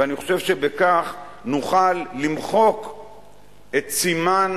ואני חושב שבכך נוכל למחוק את סימן